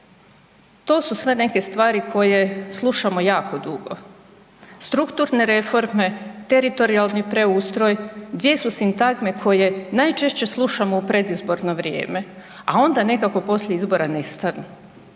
To su sve neke stvari koje slušamo jako dugo. Strukturne reforme, teritorijalni preustroj, gdje su sintagme koje najčešće slušamo u predizborno vrijeme, a onda nekako poslije izbora nestanu,